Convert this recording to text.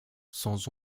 sans